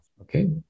Okay